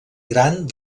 gran